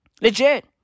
Legit